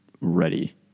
ready